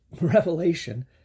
revelation